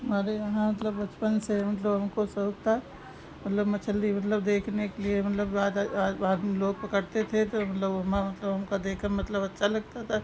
हमारे यहाँ मतलब बचपन से मतलब हमको शौक था मतलब मछली मतलब देखने के लिए मतलब आदमी लोग पकड़ते थे तो मतलब उसमें मतलब हमका देखने में मतलब अच्छा लगता था